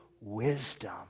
Wisdom